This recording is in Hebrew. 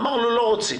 אמרנו לא רוצים.